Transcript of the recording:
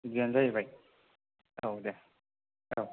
बिदियानो जाहैबाय औ दे औ